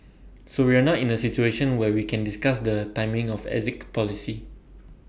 so we're not in A situation where we can discuss the timing of exit policy